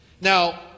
Now